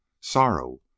sorrow